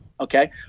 okay